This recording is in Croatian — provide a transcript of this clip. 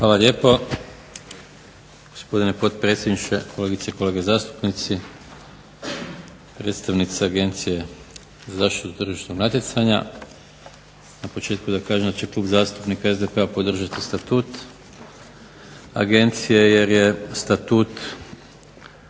Hvala lijepo, gospodine potpredsjedniče. Kolegice i kolege zastupnici, predstavnice Agencije za zaštitu tržišnog natjecanja. Na početku da kažem da će Klub zastupnika SDP-a podržati Statut Agencije jer je Statut